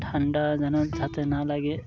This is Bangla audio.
ঠান্ডা যেন যাতে না লাগে